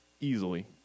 easily